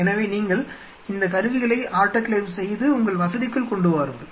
எனவே நீங்கள் இந்த கருவிகளை ஆட்டோகிளேவ் செய்து உங்கள் வசதிக்குள் கொண்டு வாருங்கள்